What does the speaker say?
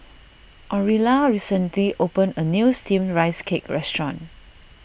Aurilla recently opened a new Steamed Rice Cake restaurant